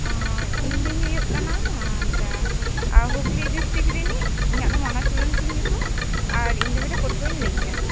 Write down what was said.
ᱚᱻ ᱤᱧ ᱫᱩᱧ ᱦᱩᱭᱩᱜ ᱠᱟᱱᱟ ᱦᱩᱜᱽᱞᱤ ᱰᱤᱥᱴᱤᱠ ᱨᱤᱱᱤᱡ ᱤᱧᱟᱜ ᱫᱚ ᱢᱚᱱᱟ ᱥᱚᱨᱮᱱ ᱛᱤᱧ ᱧᱩᱛᱩᱢ ᱟᱨ ᱤᱧ ᱫᱚ ᱢᱤᱫᱴᱮᱱ ᱯᱟᱹᱴᱷᱩᱭᱟᱹᱧ ᱞᱟᱹᱭᱮᱜᱼᱟ